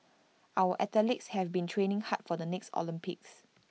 our athletes have been training hard for the next Olympics